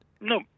no